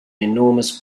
enormous